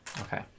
Okay